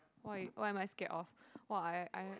why what am I scared of !wah! I I